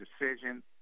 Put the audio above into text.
decision